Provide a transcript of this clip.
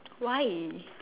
why